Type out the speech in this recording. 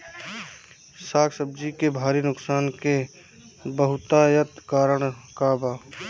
साग सब्जी के भारी नुकसान के बहुतायत कारण का बा?